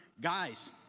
guys